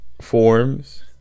forms